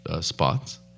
spots